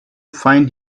find